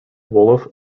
wolof